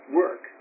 work